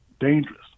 Dangerous